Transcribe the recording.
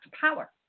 power